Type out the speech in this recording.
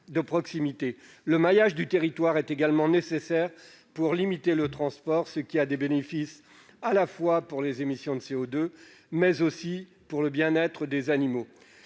de proximité. Le maillage du territoire est également nécessaire pour limiter le transport, ce qui est positif à la fois pour les émissions de CO2 et pour le bien-être des animaux.